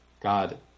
God